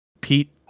Pete